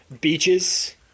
Beaches